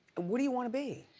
what do you wanna be?